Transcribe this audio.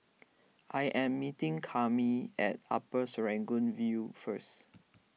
I am meeting Cami at Upper Serangoon View first